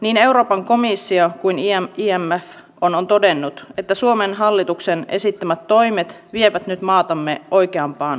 niin euroopan komissio kuin imf ovat todenneet että suomen hallituksen esittämät toimet vievät nyt maatamme oikeampaan suuntaan